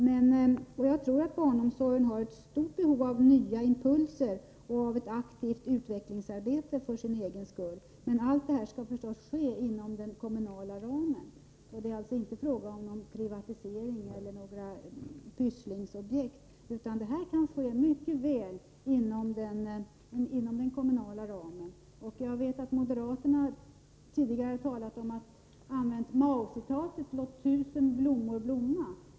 Men jag tror att barnomsorgen har ett stort behov av nya impulser och av ett aktivt utvecklingsarbete för sin egen skull. Det är inte fråga om någon privatisering eller några pysslingsobjekt, utan allt detta kan mycket väl ske inom den kommunala ramen. Jag vet att moderaterna tidigare har citerat Mao och sagt: Låt tusen blommor blomma.